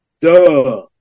Duh